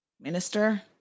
Minister